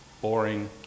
boring